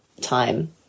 time